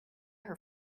her